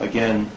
Again